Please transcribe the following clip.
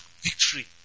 victory